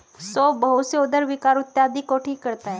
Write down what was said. सौंफ बहुत से उदर विकार इत्यादि को ठीक करता है